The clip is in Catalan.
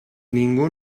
ningú